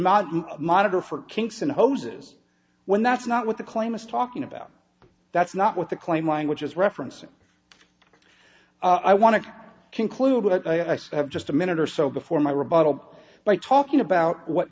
modify monitor for kingston hoses when that's not what the claim is talking about that's not what the claim language is referencing i want to conclude but i have just a minute or so before my rebuttal by talking about what